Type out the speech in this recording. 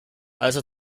also